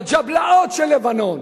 בג'בלאות של לבנון,